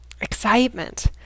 excitement